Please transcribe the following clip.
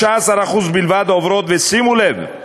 13% בלבד עוברות, ושימו לב,